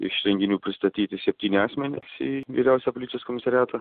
iš renginių pristatyti septyni asmenys į vyriausią policijos komisariatą